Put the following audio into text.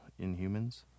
Inhumans